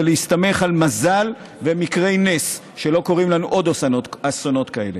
זה להסתמך על מזל ומקרי נס שלא קורים לנו עוד אסונות כאלה.